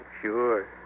sure